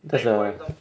that's a